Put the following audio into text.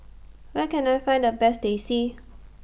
Where Can I Find The Best Teh C